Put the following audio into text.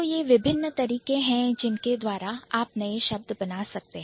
यह विभिन्न तरीके हैं जिनके द्वारा आप नए शब्द बना सकते हैं